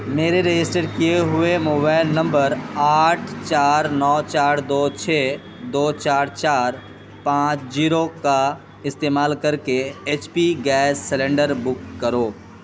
میرے رجسٹر کیے ہوئے موبائل نمبر آٹھ چار نو چار دو چھ دو چار چار پانچ جیرو کا استعمال کر کے H P gas cylinder book کرو